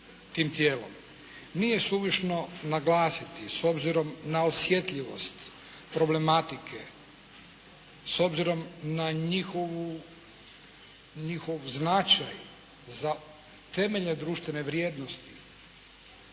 Nije suvišno naglasiti s obzirom na osjetljivost problematike, s obzirom na njihov značaj za temeljne društvene vrijednosti